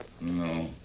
No